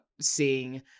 seeing